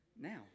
now